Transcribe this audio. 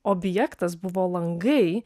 objektas buvo langai